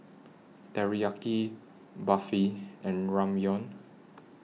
Teriyaki Barfi and Ramyeon